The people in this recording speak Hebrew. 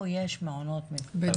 זה